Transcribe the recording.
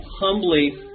humbly